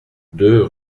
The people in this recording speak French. deux